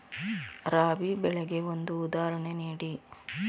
ರಾಬಿ ಬೆಳೆಗೆ ಒಂದು ಉದಾಹರಣೆ ನೀಡಿ